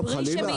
חלילה.